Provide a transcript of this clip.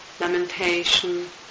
lamentation